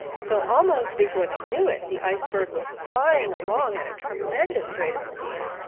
so, almost before they knew it, the ice bird was flying along at a tremendous rate of speed.